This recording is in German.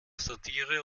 satire